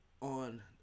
on